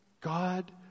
God